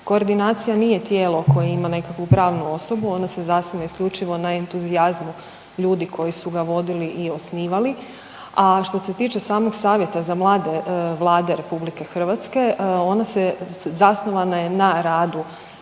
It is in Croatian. Koordinacija nije tijelo koje ima nekakvu pravnu osobu, ona se zasniva isključivo na entuzijazmu ljudi koji su ga vodili i osnivali. A što se tiče samog Savjeta za mlade Vlade Republike Hrvatske zasnovana je na radu